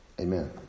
Amen